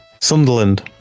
Sunderland